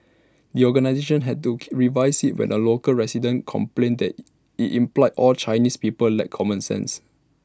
the organisation had to revise IT when A local resident complained that IT implied all Chinese people lacked common sense